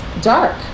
dark